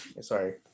Sorry